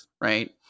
Right